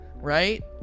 right